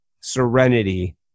serenity